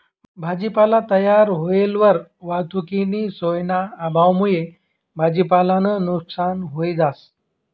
भाजीपाला तयार व्हयेलवर वाहतुकनी सोयना अभावमुये भाजीपालानं नुकसान व्हयी जास